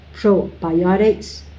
probiotics